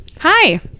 Hi